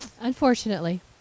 Unfortunately